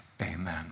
Amen